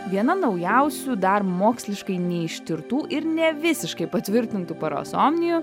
viena naujausių dar moksliškai neištirtų ir nevisiškai patvirtintų parasomnijų